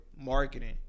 marketing